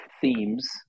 themes